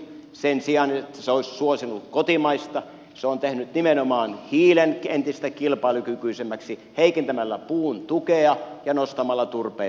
sen sijaan että se olisi suosinut kotimaista se on tehnyt nimenomaan hiilen entistä kilpailukykyisemmäksi heikentämällä puun tukea ja nostamalla turpeen verotusta